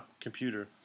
computer